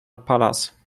palace